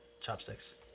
chopsticks